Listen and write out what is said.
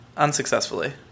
unsuccessfully